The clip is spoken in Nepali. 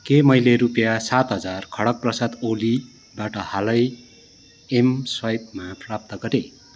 के मैले रुपियाँ सात हजार खढ्ग प्रसाद ओलीबाट हालै एमस्वाइपमा प्राप्त गरेँ